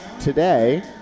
today